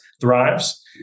thrives